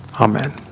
Amen